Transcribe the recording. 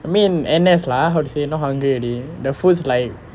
I mean N_S lah how to say not hungry already the food is like